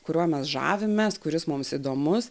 kuriuo mes žavimės kuris mums įdomus